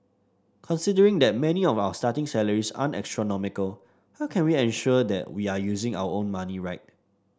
considering that many of our starting salaries aren't astronomical how can we ensure that we are using our own money right